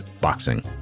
boxing